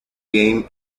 game